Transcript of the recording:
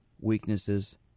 weaknesses